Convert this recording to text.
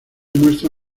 muestra